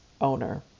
owner